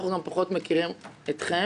אנחנו גם פחות מכירים אתכם.